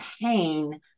pain